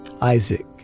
Isaac